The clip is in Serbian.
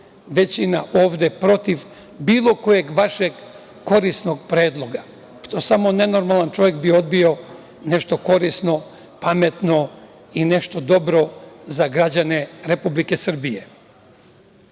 većina ovde protiv bilo kojeg vašeg korisnog predloga. To samo nenormalan čovek bi odbio nešto korisno, pametno i nešto dobro za građane Republike Srbije. Znači,